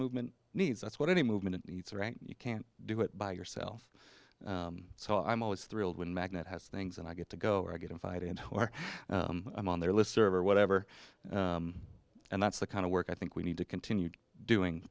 movement needs that's what any movement needs are and you can't do it by yourself so i'm always thrilled when magnet has things and i get to go where i get invited and where i'm on their list serv or whatever and that's the kind of work i think we need to continue doing